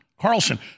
Carlson